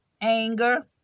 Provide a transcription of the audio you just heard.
anger